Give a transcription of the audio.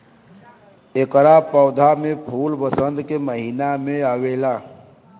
एकरा पौधा में फूल वसंत के महिना में आवेला